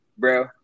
bro